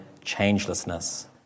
changelessness